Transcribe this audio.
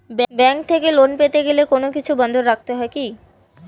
Bank থেকে loan পেতে গেলে কোনো কিছু বন্ধক রাখতে হয় কি?